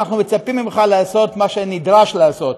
ואנחנו מצפים ממך לעשות מה שנדרש לעשות.